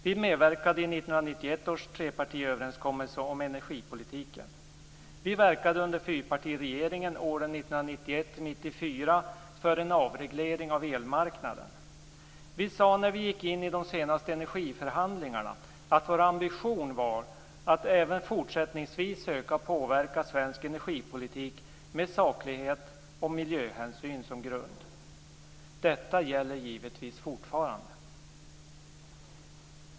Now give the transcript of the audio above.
Vi medverkade i 1991 års trepartiöverenskommelse om energipolitiken. Vi verkade under fyrpartiregeringen åren 1991-94 för en avreglering av elmarknaden. Vi sade när vi gick in i de senaste energiförhandlingarna att vår ambition var att även fortsättningsvis söka påverka svensk energipolitik med saklighet och miljöhänsyn som grund. Detta gäller givetvis fortfarande.